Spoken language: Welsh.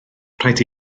rhaid